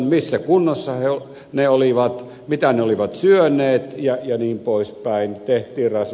missä kunnossa se oli mitä se oli syönyt jnp